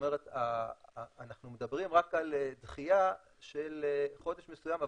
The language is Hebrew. כלומר אנחנו מדברים רק על דחייה של חודש מסוים,